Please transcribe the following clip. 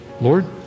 Lord